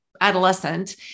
Adolescent